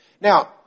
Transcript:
Now